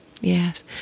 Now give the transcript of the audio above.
Yes